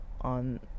on